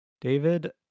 David